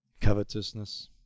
Covetousness